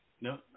No